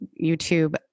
YouTube